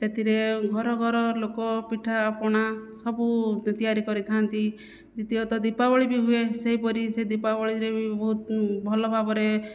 ସେଥିରେ ଘର ଘର ଲୋକ ପିଠା ପଣା ସବୁ ତିଆରି କରିଥାନ୍ତି ଦ୍ଵିତୀୟତଃ ଦୀପାବଳି ବି ହୁଏ ସେହିପରି ସେ ଦୀପାବଳିରେ ବି ବହୁତ ଭଲ ଭାବରେ